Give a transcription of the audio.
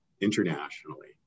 internationally